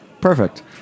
Perfect